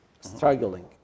struggling